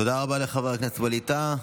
תודה רבה לחבר הכנסת ווליד טאהא.